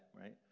right